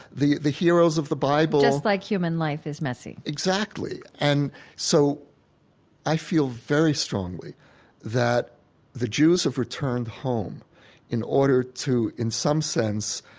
the the heroes of the bible, just like human life is messy exactly. and so i feel very strongly that the jews have returned home in order to, in some sense,